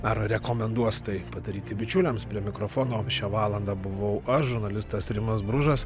ar rekomenduos tai padaryti bičiuliams prie mikrofono šią valandą buvau aš žurnalistas rimas bružas